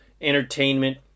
entertainment